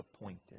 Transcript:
appointed